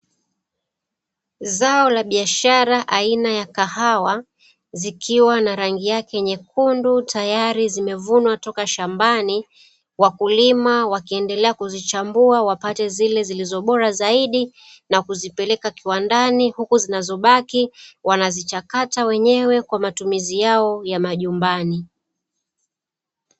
Zao la biashara aina ya kahawa, zikiwa na rangi yake nyekundu tayari zimevunwa toka shambani, wakulima wakiendelea kuzichambua wapate zilizo bora zaidi na kuzipeleka kiwandani, huku zinazobaki wanazichakata wenyewe kwa matumizi yao ya majumbani.